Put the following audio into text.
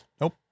Nope